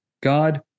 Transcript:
God